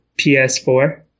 PS4